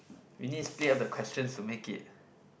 we need split up the questions to make it